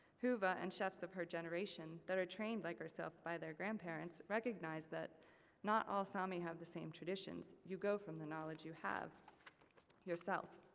huuva and chefs of her generation, that are trained, like herself, by their grandparents, recognize that not all sami have the same traditions. you go from the knowledge you have yourself.